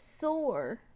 sore